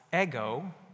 ego